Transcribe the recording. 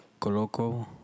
coloco